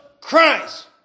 Christ